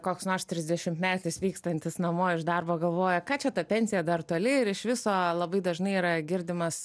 koks nors trisdešimtmetis vykstantis namo iš darbo galvoja ką čia ta pensija dar toli ir iš viso labai dažnai yra girdimas